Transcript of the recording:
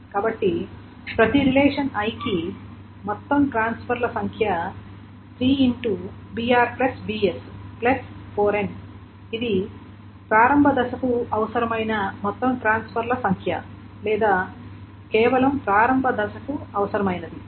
కాబట్టి ప్రతి relation i కి మొత్తం ట్రాన్స్ఫర్ల సంఖ్య 3br bs 4n ఇది ప్రారంభ దశకు అవసరమైన మొత్తం ట్రాన్స్ఫర్ల సంఖ్య లేదా కేవలం ప్రారంభ దశకు అవసరమైనది